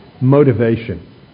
motivation